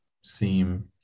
seem